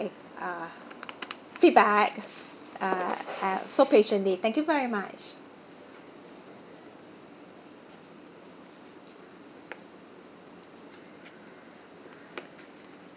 uh feedback uh uh so patiently thank you very much